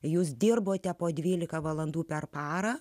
jūs dirbote po dvylika valandų per parą